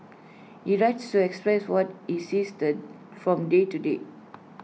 he writes to express what he sees the from day to day